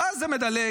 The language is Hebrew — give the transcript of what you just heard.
ואז זה מדלג,